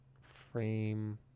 Frame